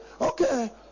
Okay